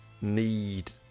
need